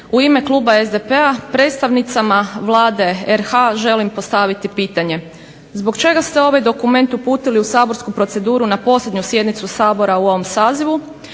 u ime kluba SDP-a predstavnicama Vlade RH želim postaviti pitanje. Zbog čega ste ovaj dokument uputili u saborsku proceduru na posljednju sjednicu Sabora u ovom sazivu?